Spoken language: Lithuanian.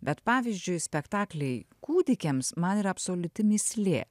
bet pavyzdžiui spektakliai kūdikiams man yra absoliuti mįslė